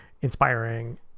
inspiring